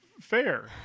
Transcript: Fair